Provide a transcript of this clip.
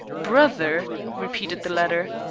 brother? repeated the latter.